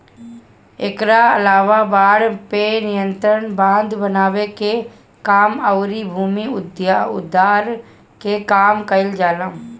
एकरा अलावा बाढ़ पे नियंत्रण, बांध बनावे के काम अउरी भूमि उद्धार के काम कईल जाला